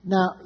Now